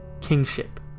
kingship